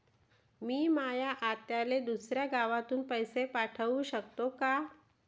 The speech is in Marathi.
मी माया आत्याले दुसऱ्या गावातून पैसे पाठू शकतो का?